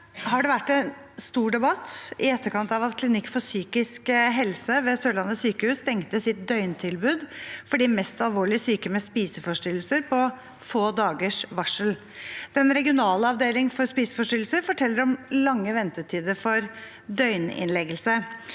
det vært en stor debatt i etterkant av at Klinikk for psykisk helse ved Sørlandet sykehus stengte sitt døgntilbud for de mest alvorlig syke med spiseforstyrrelser på få dagers varsel. Den regionale avdelingen for spiseforstyrrelser forteller om lange ventetider for døgninnleggelse.